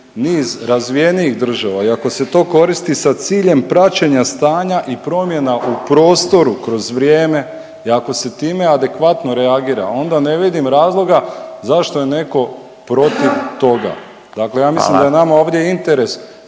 niz razvijenijih država i ako se to koristi sa ciljem praćenja stanja i promjena u prostoru kroz vrijeme i ako se time adekvatno reagira onda ne vidim razloga zašto je neko protiv toga. Dakle, ja mislim da je …/Upadica: